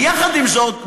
ויחד עם זאת,